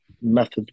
method